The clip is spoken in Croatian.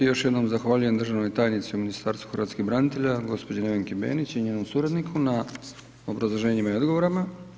Još jednom zahvaljujem državnoj tajnici u Ministarstvu hrvatskih branitelja, gospođi Nevenki BEnić i njenom suradniku na obrazloženjima i odgovorima.